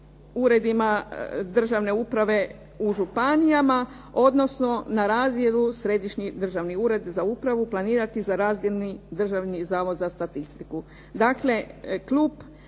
uredima državne uprave u županijama, odnosno na razdjelu Središnji državni ured za upravu planirati za razdjelni Državni zavod za statistiku.